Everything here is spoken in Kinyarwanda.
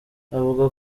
avuga